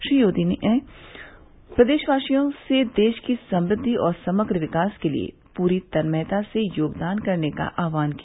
श्री योगी ने प्रदेशवासियों से देश की समृद्वि और समग्र विकास के लिए पूरी तन्मयता से योगदान करने का आहवान किया